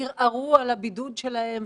ערערו על הבידוד שלהם,